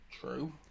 True